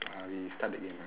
I start again ah